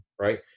Right